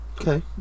Okay